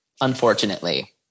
Unfortunately